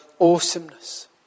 awesomeness